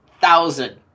thousand